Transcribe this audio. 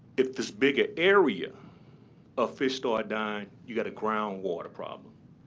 if this bigger area of fish start dying, you've got a groundwater problem.